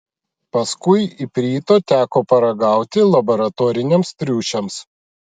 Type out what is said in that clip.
paskui iprito teko paragauti laboratoriniams triušiams